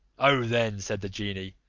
oh then, said the genie,